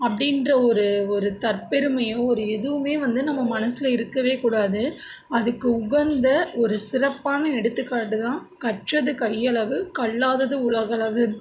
அப்படின்ற ஒரு ஒரு தற்பெருமையும் ஒரு எதுவுமே வந்து நம்ம மனசில் இருக்கவேக்கூடாது அதுக்கு உகந்த ஒரு சிறப்பான எடுத்துக்காட்டு தான் கற்றது கையளவு கல்லாதது உலகளவு